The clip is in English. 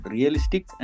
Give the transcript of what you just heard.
Realistic